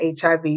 HIV